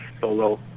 solo